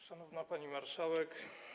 Szanowna Pani Marszałek!